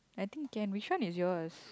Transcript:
I think can which one is yours